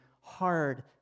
hard